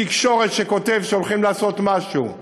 של כלי תקשורת שכותב שהולכים לעשות משהו.